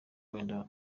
wenda